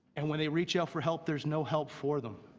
and when they reach out for help. there's no help for them.